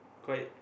quite